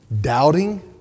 doubting